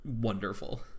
wonderful